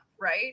Right